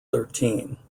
thirteen